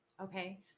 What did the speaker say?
okay